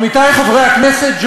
עמיתי חברי הכנסת,